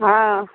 हँ